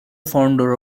founder